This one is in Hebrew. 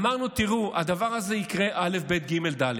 אמרנו: תראו, הדבר הזה יקרה, א', ב', ג', ד'.